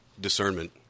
discernment